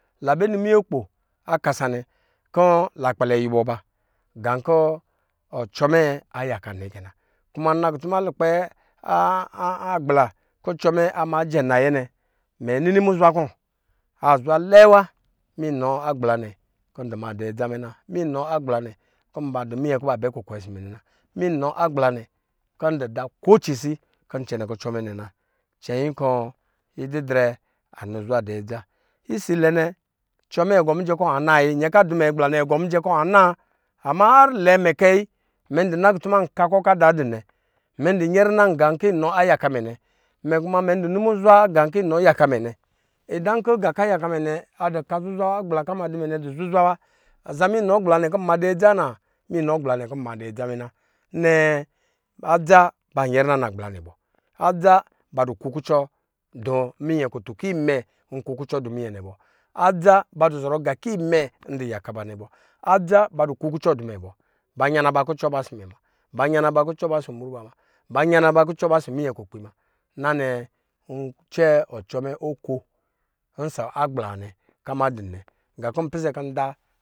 La bɛ nɔ minyɛ kpo a kasa nnɛ kɔ la kpɛlɛ yubɔ ba gan kɔ ɔsɔ mɛ ayaka nnɛ kɛ na ku ma nna kutuma lukpɛ agbla kɔ kɔ cɔmɛ amagɛn nayɛ nɛ mɛ nini muzwa kɔ azwa lɛɛ wa minɔ agblaa nɛ kɔ ndɔma dɔ adza mɛ na, minɔ agbla nɛ kɔnmadɔ minyɛ kɔ ba dɔ bɛ kukwɛ ɔsɔ mɛ nɛ kɛna mannɔ agbda nɛ kɔ ndɔ ma da ko cicikɔncɛnɛ kucɔ mɛ nɛ na cɛnyin kɔ ididrɛ anɔ zwa dɔ adza. Isi lɛ nɛ cɔmɛ agɔ mijɛ kɔ anayi nyɛ kɔ adu dɔ mɛ agbla nɛ agɔ mijɛ kɔ anaa ama hardɛ mɛ kɛ ai mɛna kutuma kɔ kɔ kɔ ada din nɛ mɛ dɔ nyɛrina nga kɔ a yaka mɛ nɛ imɛ kuma imɛ dɔ ni mu zwa agan kɔ inɔ ayaka imɛ nɛ. Idan kɔ ɔka kɔ inɔ ayaka mɛ nɛ adɔ zwa zwa agbla kɔ ayaka mɛ adzuzwa wa mainɔ agbla mɛ kɔ nma dɔ adza na, ma inɔ agbla nɛ kɔ nma dɔ adza mɛ na, nɛɛ adza ba nyɛrina nagbla nɛ bɔ adza ba du kukucɔ dumin ɛ kutun kɔ imɛ dɔ kuki cɔ dɔ minyɛ nɛ bɔ, adza ba du zɔrɔ nga kɔ imɛ ndu yaka ba nɛ bɔ, adza ba du kuku cɔ du mɛ bɔ ba yana ba kucɔ ba ɔsɔ mɛ muna ba yana ba kucɔ ba cɔsɔ mru ba muna ba yana ba ku cɔ ba ɔsɔ minyɛ kukpi muna na nɛɛ ncɛ ocɔ mɛ oko ɔsɔ agbla nwa nɛ kɔ ama dunɛ, na kɔ npisɛ kɔ nda.